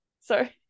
sorry